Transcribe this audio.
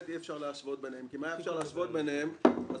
אי-אפשר להשוות ביניהם כי אם אפשר היה להשוות ביניהם אז